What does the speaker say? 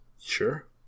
Sure